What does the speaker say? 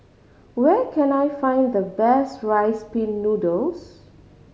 where can I find the best Rice Pin Noodles